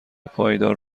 پایدار